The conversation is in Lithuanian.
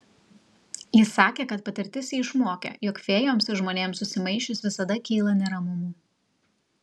jis sakė kad patirtis jį išmokė jog fėjoms ir žmonėms susimaišius visada kyla neramumų